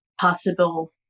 possible